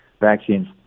vaccines